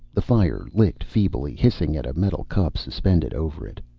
the fire licked feebly, hissing at a metal cup suspended over it.